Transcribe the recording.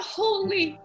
holy